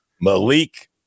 Malik